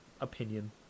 opinion